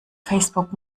facebook